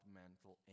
mental